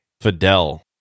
Fidel